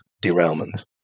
Derailment